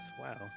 wow